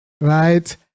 right